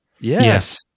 Yes